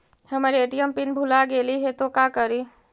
हमर ATM pin भूला गेली हे, तो का करि?